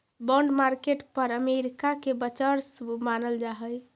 bond market पर America के वर्चस्व मानल जा हइ